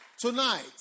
Tonight